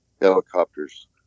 helicopters